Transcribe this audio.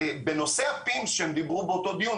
דבר נוסף הוא בנושא ה-PIMS שהם דיברו עליו באותו דיון,